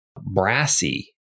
brassy